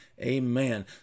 amen